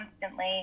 constantly